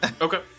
Okay